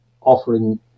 offering